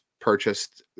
purchased